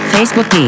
Facebook